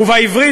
ובעברית,